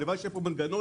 חייבים לייצר מנגנון,